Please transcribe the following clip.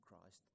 Christ